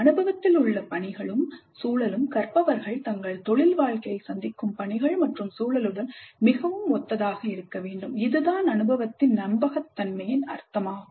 அனுபவத்தில் உள்ள பணிகளும் சூழலும் கற்பவர்கள் தங்கள் தொழில் வாழ்க்கையில் சந்திக்கும் பணிகள் மற்றும் சூழலுடன் மிகவும் ஒத்ததாக இருக்க வேண்டும் இதுதான் அனுபவத்தின் நம்பகத்தன்மையின் அர்த்தமாகும்